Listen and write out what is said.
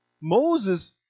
Moses